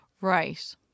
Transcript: Right